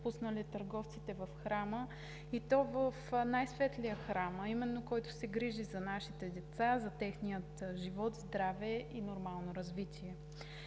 пуснали „търговците в храма“, и то в най-светлия храм, а именно, който се грижи за нашите деца, за техния живот, здраве и нормално развитие.